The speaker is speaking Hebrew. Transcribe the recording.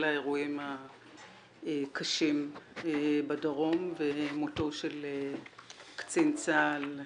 האירועים הקשים בדרום ומותו של קצין צה"ל,